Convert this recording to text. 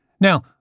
Now